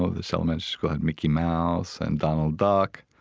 ah this elementary school had mickey mouse and donald duck,